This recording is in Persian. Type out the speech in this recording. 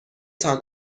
تان